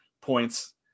points